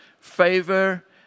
favor